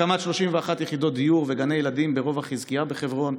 הקמת 31 יחידות דיור וגני ילדים ברובע חזקיה בחברון,